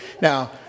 Now